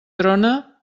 trona